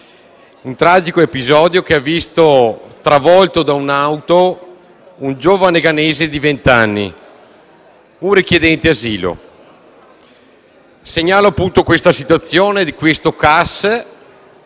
un tragico episodio che ha visto travolto da un'auto un giovane ghanese di venti anni, un richiedente asilo. Segnalo, appunto, la situazione del CAS